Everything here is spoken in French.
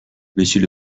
monsieur